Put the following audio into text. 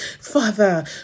Father